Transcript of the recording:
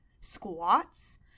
squats